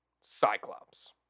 Cyclops